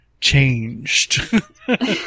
changed